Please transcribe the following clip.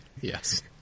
Yes